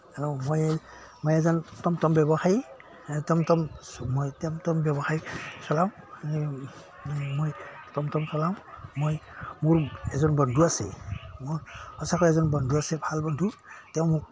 মই মই এজন টমটম ব্যৱসায়ী টমটম মই টমটম ব্যৱসায়ী চলাওঁ মই টমটম চলাওঁ মই মোৰ এজন বন্ধু আছে মোৰ সঁচাকে এজন বন্ধু আছে ভাল বন্ধু তেওঁ মোক